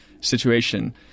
situation